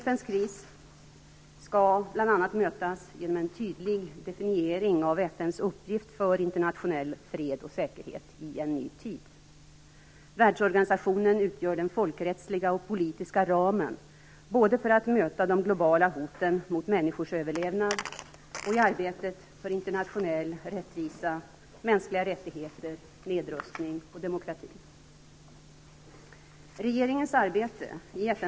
FN:s kris skall bl.a. mötas genom en tydlig definiering av FN:s uppgift för internationell fred och säkerhet i en ny tid. Världsorganisationen utgör den folkrättsliga och politiska ramen både för att möta de globala hoten mot människors överlevnad och i arbetet för internationell rättvisa, mänskliga rättigheter, nedrustning och demokrati.